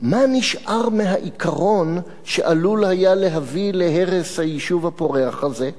מה נשאר מהעיקרון שעלול היה להביא להרס היישוב הפורח הזה?